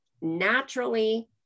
naturally